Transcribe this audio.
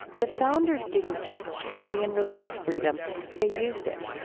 the founders didn't just champion religious freedom they used it.